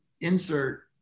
insert